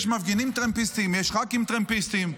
יש מפגינים טרמפיסטים, יש ח"כים טרמפיסטים.